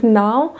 now